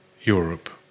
Europe